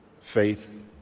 faith